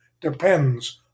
depends